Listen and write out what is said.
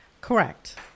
Correct